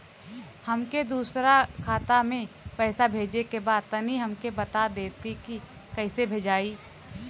हमके दूसरा खाता में पैसा भेजे के बा तनि हमके बता देती की कइसे भेजाई?